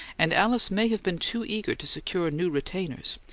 and alice may have been too eager to secure new retainers,